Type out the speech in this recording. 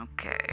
Okay